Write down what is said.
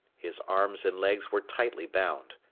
his arms and legs were tightly bound.